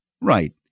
Right